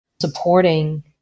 supporting